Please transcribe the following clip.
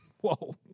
Whoa